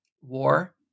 war